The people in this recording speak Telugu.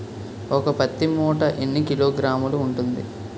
ఒక పత్తి మూట ఎన్ని కిలోగ్రాములు ఉంటుంది?